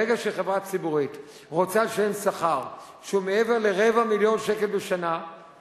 ברגע שחברה ציבורית רוצה לשלם שכר שהוא מעבר לרבע מיליון שקל בחודש,